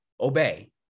obey